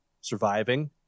surviving